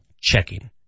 checking